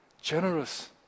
generous